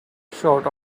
sort